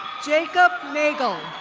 jacob neigel.